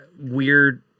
weird